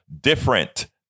different